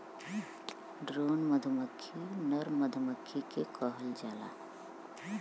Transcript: drone मधुमक्खी नर मधुमक्खी के कहल जाला